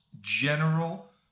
general